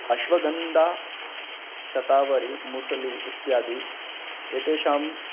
अश्वगन्धा शतावरी मुसली इत्यादि एतेषाम्